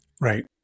Right